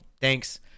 thanks